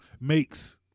makes